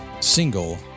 single